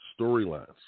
storylines